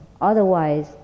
Otherwise